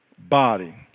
Body